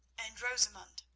and rosamund?